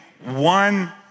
one